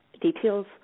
details